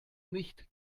nicht